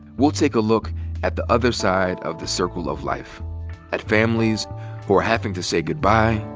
we'll take a look at the other side of the circle of life at families who are having to say goodbye,